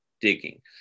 digging